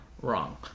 wrong